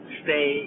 stay